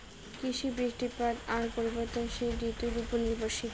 কৃষি, বৃষ্টিপাত আর পরিবর্তনশীল ঋতুর উপর নির্ভরশীল